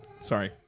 Sorry